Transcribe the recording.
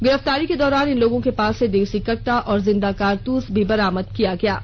गिरफ्तारी के दौरान इन लोगों के पास से देसी कट्टा एवं जिंदा कारतूस भी बरामद किया गया है